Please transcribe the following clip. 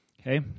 okay